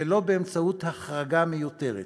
ולא באמצעות החרגה מיותרת.